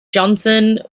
johnson